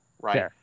right